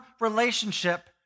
relationship